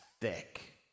thick